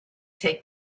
take